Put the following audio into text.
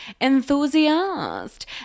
enthusiast